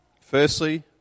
Firstly